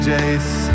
Jace